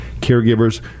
caregivers